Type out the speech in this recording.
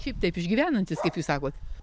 šiaip taip išgyvenantis kaip jūs sakot